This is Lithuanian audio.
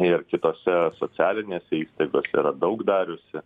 ir kitose socialinėse įstaigose yra daug dariusi